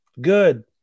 good